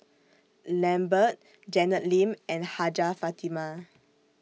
Lambert Janet Lim and Hajjah Fatimah